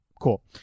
cool